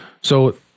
So-